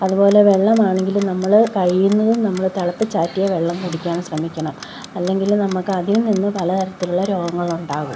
അതു പോലെ വെള്ളമാണെങ്കിലും നമ്മൾ കഴിയുന്നതും നമ്മൾ തിളപ്പിച്ചാറ്റിയ വെള്ളം കുടിക്കാൻ ശ്രമിക്കണം അല്ലെങ്കിൽ നമുക്ക് അതിൽ നിന്ന് പലതരത്തിലുള്ള രോഗങ്ങളുണ്ടാകും